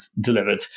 delivered